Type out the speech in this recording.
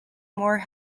more